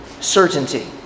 certainty